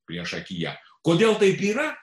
priešakyje kodėl taip yra